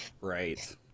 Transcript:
Right